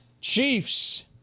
Chiefs